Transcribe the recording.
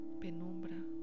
penumbra